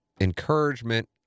encouragement